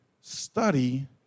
study